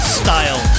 style